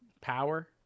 power